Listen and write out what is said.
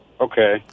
okay